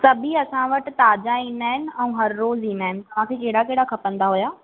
सभी असां वटि ताज़ा ई़ंदा आहिनि ऐं हर रोज़ु ईंदा आहिनि तव्हांखे कहिड़ा कहिड़ा खपंदा हुआ